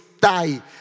die